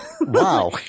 wow